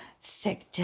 thick